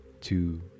two